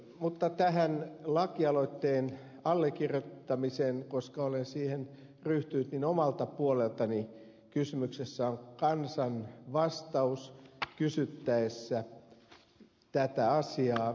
mutta tähän lakialoitteen allekirjoittamiseen totean koska olen siihen ryhtynyt että omalta puoleltani kysymyksessä on kansan vastaus kysyttäessä tätä asiaa